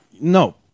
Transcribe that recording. no